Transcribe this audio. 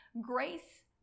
grace